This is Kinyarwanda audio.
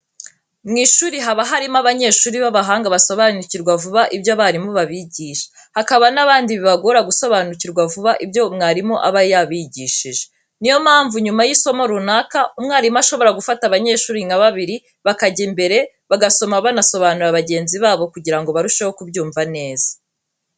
Mu ishuri haba harimo abanyeshuri b'abahanga basobanukirwa vuba ibyo abarimu babigisha, hakaba n'abandi bibagora gusobanukirwa vuba ibyo mwarimu aba yabigishije. Ni yo mpamvu nyuma y'isomo runaka umwarimu ashobora gufata abanyeshuri nka babiri bakajya imbere bagasoma banasobanurira bagenzi babo kugira ngo barusheho kubyumva neza.